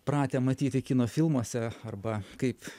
pratę matyti kino filmuose arba kaip